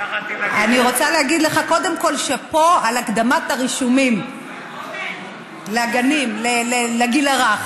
אני רוצה להגיד לך קודם כול שאפו על הקדמת הרישומים לגנים לגיל הרך.